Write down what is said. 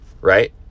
right